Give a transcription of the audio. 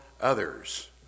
others